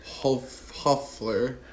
Huffler